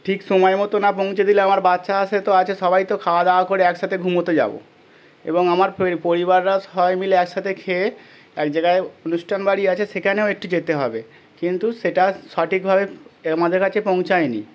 ঠিক সময় মতো না পৌঁছে দিলে আমার বাচ্চা আছে তো আছে সবাই তো খাওয়া দাওয়া করে একসাথে ঘুমোতে যাবো এবং আমার পরিবারের সবাই মিলে একসাথে খেয়ে এক জায়গায় অনুষ্ঠান বাড়ি আছে সেখানেও একটু যেতে হবে কিন্তু সেটা সঠিকভাবে আমাদের কাছে পৌঁছায়নি